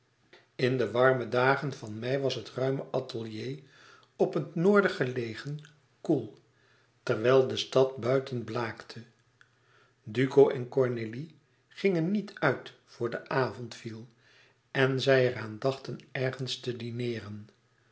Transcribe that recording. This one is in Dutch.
in de warme dagen van mei was het ruime atelier op het noorden gelegen koel terwijl de stad buiten blaakte duco en cornélie gingen niet uit voor de avond viel en zij er aan dachten ergens te dineeren